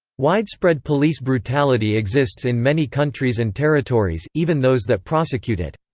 widespread police brutality exists in many countries and territories, even those that prosecute it.